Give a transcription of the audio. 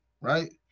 right